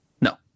No